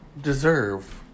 deserve